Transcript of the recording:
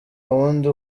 wundi